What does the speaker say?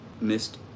missed